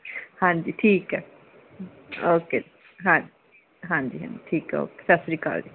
ਹਾਂਜੀ ਠੀਕ ਹੈ ਓਕੇ ਜੀ ਹਾਂਜੀ ਹਾਂਜੀ ਹਾਂਜੀ ਠੀਕ ਹੈ ਓਕੇ ਸਤਿ ਸ਼੍ਰੀ ਅਕਾਲ ਜੀ